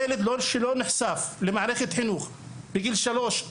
איזה ילד נפגוש בכיתה א׳ אחרי שלא נחשף למערכת החינוך בגילאים שלוש,